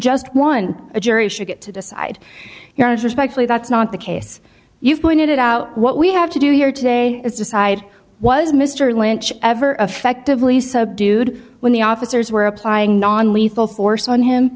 just one a jury should get to decide you're going to respectfully that's not the case you pointed it out what we have to do here today is decide was mr lynch ever affectively subdued when the officers were applying non lethal force on him